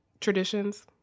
traditions